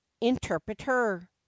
interpreter